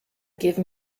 gave